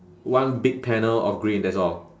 one big panel of green that's all